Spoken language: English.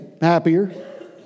happier